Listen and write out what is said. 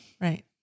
Right